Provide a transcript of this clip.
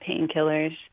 painkillers